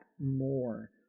more